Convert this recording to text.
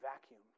vacuum